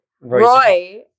Roy